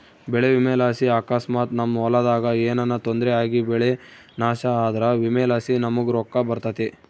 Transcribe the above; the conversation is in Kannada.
ಬೆಳೆ ವಿಮೆಲಾಸಿ ಅಕಸ್ಮಾತ್ ನಮ್ ಹೊಲದಾಗ ಏನನ ತೊಂದ್ರೆ ಆಗಿಬೆಳೆ ನಾಶ ಆದ್ರ ವಿಮೆಲಾಸಿ ನಮುಗ್ ರೊಕ್ಕ ಬರ್ತತೆ